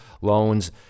loans